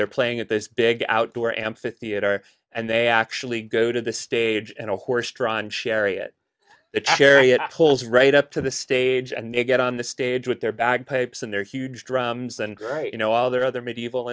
they're playing at this big outdoor amphitheater and they actually go to the stage and a horse drawn sherry the chariot pulls right up to the stage and they get on the stage with their bagpipes and their huge drums and great you know all their other medieval